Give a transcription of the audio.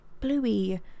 bluey